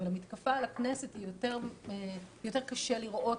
אבל את המתקפה על הכנסת יותר קשה לראות,